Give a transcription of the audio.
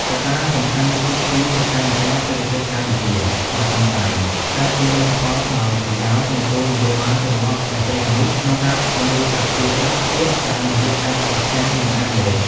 កត្តាសំខាន់មួយទៀតគឺស្ថានការណ៍សេដ្ឋកិច្ចកម្ពុជាដ៏តឹងតែង ដែលជាលទ្ធផលដោយប្រយោលនៃគោលនយោបាយរបស់ព្រះសីហនុក្នុងការស្វែងរកអព្យាក្រឹតភាពតាមរយៈការប្រឆាំងនឹងអាមេរិក។